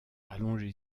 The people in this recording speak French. allongé